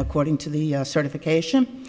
according to the certification